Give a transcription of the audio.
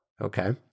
Okay